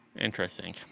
Interesting